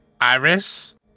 Iris